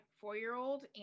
four-year-old